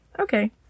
Okay